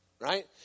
right